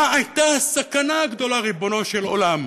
מה הייתה הסכנה הגדולה, ריבונו של עולם?